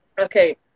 okay